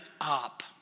up